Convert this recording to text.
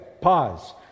pause